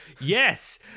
yes